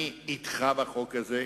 אני אתך בחוק הזה.